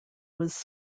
was